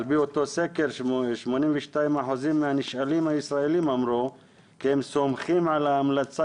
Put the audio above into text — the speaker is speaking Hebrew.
על פי אותו סקר 82% מהנשאלים הישראלים אמרו כי הם סומכים על ההמלצה